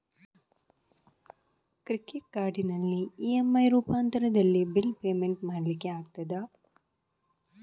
Credit ಕಾರ್ಡಿನಲ್ಲಿ EMI ರೂಪಾಂತರದಲ್ಲಿ bill payment ಮಾಡ್ಲಿಕ್ಕೆ ಆಗ್ತದ?